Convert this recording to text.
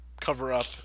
cover-up